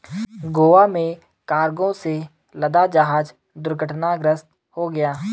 गोवा में कार्गो से लदा जहाज दुर्घटनाग्रस्त हो गया